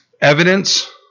Evidence